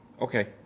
Okay